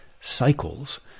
cycles